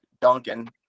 Duncan